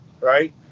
right